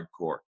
hardcore